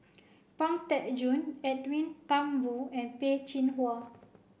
Pang Teck Joon Edwin Thumboo and Peh Chin Hua